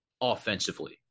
offensively